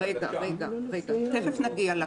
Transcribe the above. רגע, תיכף נגיע לקורונה.